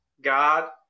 God